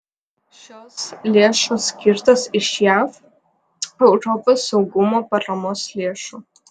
šios lėšos skirtos iš jav europos saugumo paramos lėšų